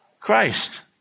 Christ